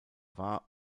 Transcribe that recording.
war